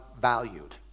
valued